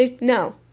No